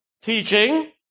teaching